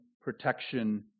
protection